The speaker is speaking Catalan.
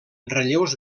relleus